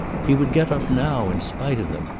he would get up now, in spite of them.